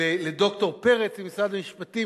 לד"ר פרץ ממשרד המשפטים,